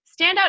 Standout